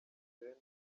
hussein